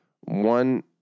one